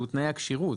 שהוא תנאי הכשירות,